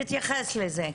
תתייחס לזה.